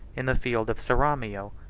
in the field of ceramio,